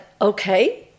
okay